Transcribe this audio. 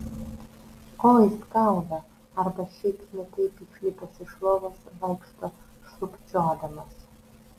oi skauda arba šiaip ne taip išlipęs iš lovos vaikšto šlubčiodamas